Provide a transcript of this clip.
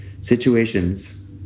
situations